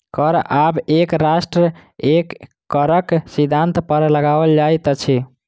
कर आब एक राष्ट्र एक करक सिद्धान्त पर लगाओल जाइत अछि